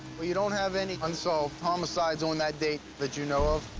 you don't have any unsolved homicides on that date that you know of?